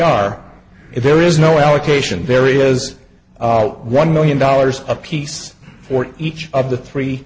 are if there is no allocation there is one million dollars apiece for each of the three